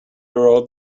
wrote